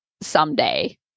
someday